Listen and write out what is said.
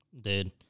Dude